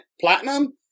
Platinum